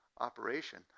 operation